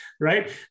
Right